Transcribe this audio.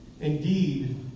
Indeed